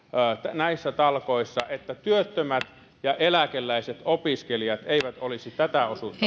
näissä talkoissa että työttömät eläkeläiset ja opiskelijat eivät olisi tätä osuutta